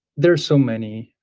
there's so many.